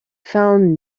found